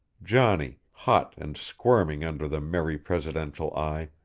johnny, hot and squirming under the merry presidential eye,